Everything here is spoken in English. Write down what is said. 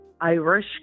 Irish